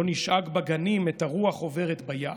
/ לא נשאג בגנים עת הרוח עוברת ביער.